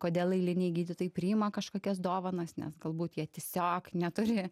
kodėl eiliniai gydytojai priima kažkokias dovanas nes galbūt jie tiesiog neturi